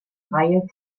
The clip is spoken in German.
reihe